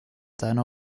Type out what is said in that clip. seiner